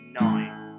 nine